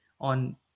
on